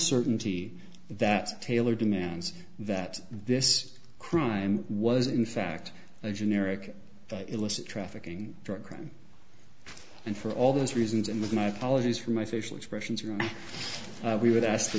certainty that taylor demands that this crime was in fact a generic illicit trafficking drug and for all those reasons and with my apologies for my facial expressions you know we would ask